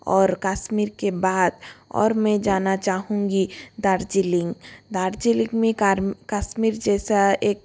और कश्मीर के बाहर और मैं जाना चाहूँगी दार्जिलिंग दार्जिलिंग में कश्मीर जैसा एक